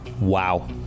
Wow